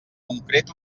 concret